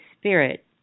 Spirit